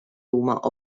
huma